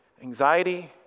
Anxiety